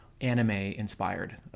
anime-inspired